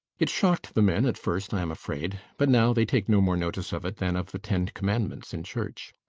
it shocked the men at first, i am afraid. but now they take no more notice of it than of the ten commandments in church.